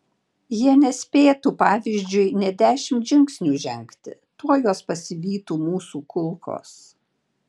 jie nespėtų pavyzdžiui nė dešimt žingsnių žengti tuoj juos pasivytų mūsų kulkos